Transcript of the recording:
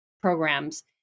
programs